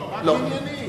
לא, רק ענייני.